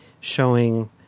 showing